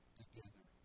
together